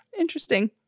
interesting